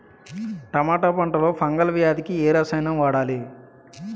టమాటా పంట లో ఫంగల్ వ్యాధికి ఏ రసాయనం వాడాలి?